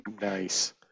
nice